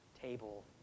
table